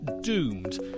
doomed